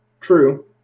True